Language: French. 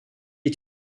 est